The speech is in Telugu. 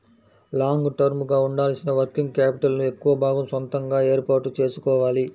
లాంగ్ టర్మ్ గా ఉండాల్సిన వర్కింగ్ క్యాపిటల్ ను ఎక్కువ భాగం సొంతగా ఏర్పాటు చేసుకోవాలి